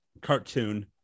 cartoon